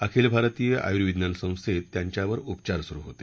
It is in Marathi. अखिल भारतीय आयुर्विज्ञान संस्थेत त्यांच्यावर उपचार सुरु होते